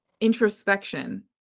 introspection